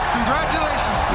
Congratulations